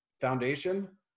foundation